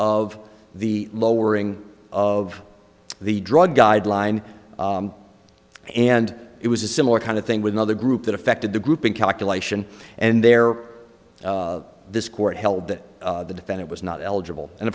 of the lowering of the drug guideline and it was a similar kind of thing with another group that affected the group in calculation and there this court held that the defendant was not eligible and